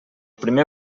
primer